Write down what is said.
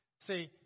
see